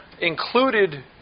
included